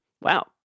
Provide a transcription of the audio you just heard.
Wow